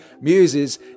muses